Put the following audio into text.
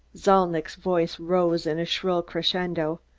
zalnitch's voice rose in a shrill crescendo.